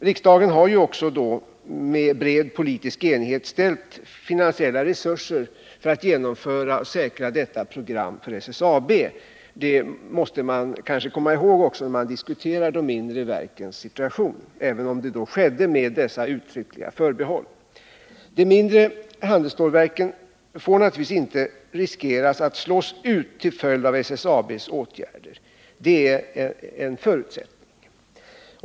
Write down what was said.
Riksdagen har också i bred politisk enighet ställt finansiella resurser till förfogande för att det skall vara möjligt för SSAB att genomföra detta program. Det måste man kanske komma ihåg när man diskuterar de mindre verkens situation — att det skedde med uttryckligt förbehåll att de mindre verken skall ha sin framtid vid sidan av SSAB. Det får naturligtvis inte finnas risk för att de mindre handelsstålverken slås ut till följd av SSAB:s åtgärder. Det är en förutsättning.